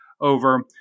over